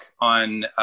on